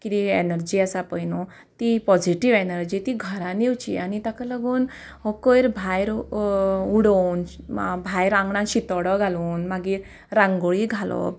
कितें एनर्जी आसा पय न्हू ती पॉझिटिव्ह एनर्जी ती घरांत येवची आनी ताका लागून हो कोयर भायर उडोवन आ भायर आंगणांत शितोडो घालून मागीर रांगोळी घालप